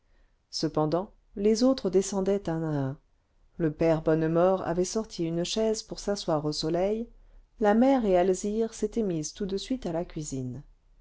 cependant les autres descendaient un à un le père bonnemort avait sorti une chaise pour s'asseoir au soleil la mère et alzire s'étaient mises tout de suite à la cuisine